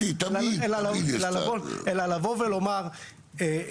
לבוא ולומר,